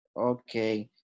Okay